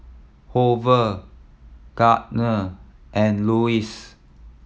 Hoover Gardner and Louis